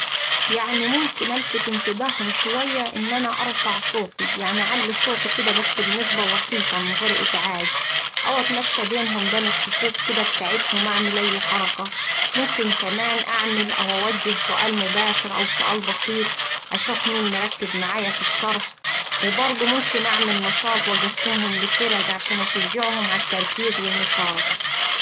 يعني ممكن ألفت انتباهم شوية إن أنا أرفع صوتي يعني أعلي صوتي كدا بس بنسبة بسيطة من غير ازعاج، أو أتمشى بينهم بين الصفوف كدا بتاعتهم أعمل أي حركة، ممكن كمان أعمل أو أوجه سؤال مباشر أو سؤال بسيط أشوف مين اللي مركز معايا في الشرح وبرضه ممكن أعمل نشاط وأقسمهم لفرق عشان أشجعهم على التركيز والمشاركة.